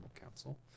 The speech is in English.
council